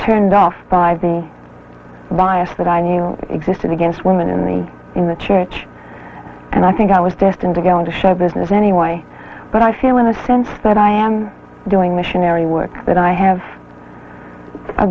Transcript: turned off by being biased but i knew existed against women in the in the church and i think i was destined to go into show business anyway but i feel in a sense that i am doing missionary work that i have a